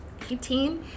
18